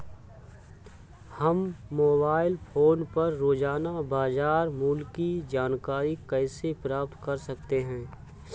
हम mobile phone पर रोजाना बाजार मूल्य की जानकारी कैसे प्राप्त कर सकते हैं?